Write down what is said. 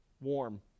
warm